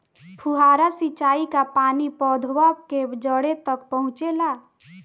फुहारा सिंचाई का पानी पौधवा के जड़े तक पहुचे ला?